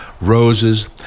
Roses